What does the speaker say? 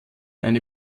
eine